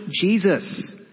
Jesus